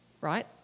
right